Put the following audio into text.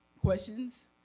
questions